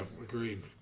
agreed